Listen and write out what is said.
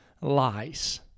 lies